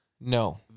No